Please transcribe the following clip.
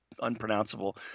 unpronounceable